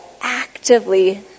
actively